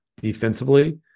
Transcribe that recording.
defensively